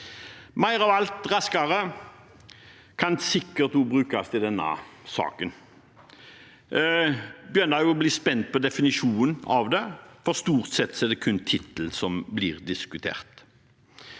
«Mer av alt – raskere» kan sikkert brukes også i denne saken. Jeg begynner å bli spent på definisjonen av det, for stort sett er det kun tittelen som blir diskutert.